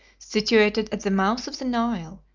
situated at the mouth of the nile,